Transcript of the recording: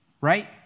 right